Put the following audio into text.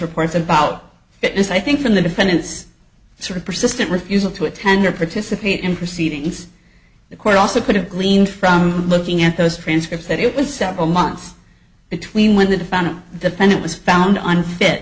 reports about fitness i think from the defendant's sort of persistent refusal to attend or participate in proceedings the court also could have gleaned from looking at those transcripts that it was several months between when the defendant the pendant was found on fit